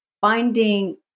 finding